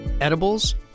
edibles